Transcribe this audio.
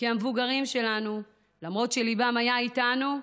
כי המבוגרים שלנו, למרות שליבם היה איתנו,